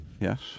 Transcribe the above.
Yes